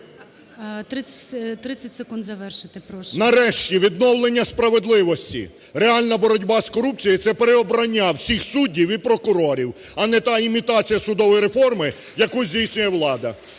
Нарешті, відновлення справедливості. Реальна боротьба з корупцією – це переобрання всіх суддів і прокурорів, а не та імітація судової реформи, яку здійснює влада.